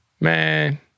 Man